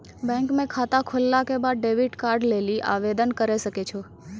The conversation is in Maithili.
बैंक म खाता खोलला के बाद डेबिट कार्ड लेली आवेदन करै सकै छौ